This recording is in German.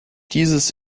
dieses